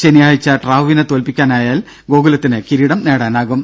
ശനിയാഴ്ച ട്രാവുവിനെ തോൽപ്പിക്കാനായാൽ ഗോകുലത്തിന് കിരീടം നേടാനാകും